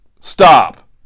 Stop